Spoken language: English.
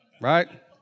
Right